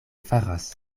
faras